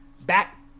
back